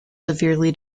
severely